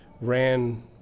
ran